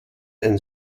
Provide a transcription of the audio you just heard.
ein